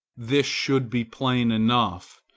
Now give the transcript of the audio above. this should be plain enough.